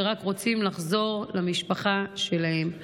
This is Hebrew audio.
שרק רוצים לחזור למשפחה שלהם.